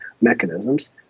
mechanisms